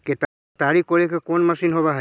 केताड़ी कोड़े के कोन मशीन होब हइ?